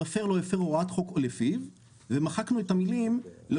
המפר לא הפר הוראת חוק או לפיו ומחקנו את המילים "לא